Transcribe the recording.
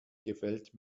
gefällt